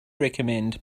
recommend